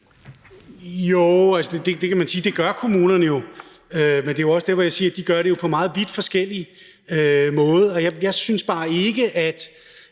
Jo, man kan sige, at det gør kommunerne jo, men det er også derfor, jeg siger, at de jo gør det på vidt forskellige måder, og jeg synes bare ikke, at